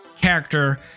character